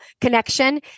connection